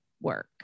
work